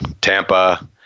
Tampa